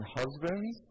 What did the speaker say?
husbands